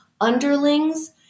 underlings